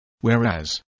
Whereas